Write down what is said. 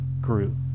grew